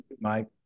Mike